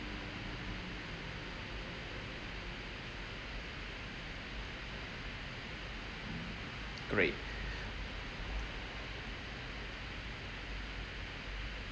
great